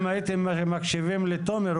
אם הייתם מקשיבים לתומר,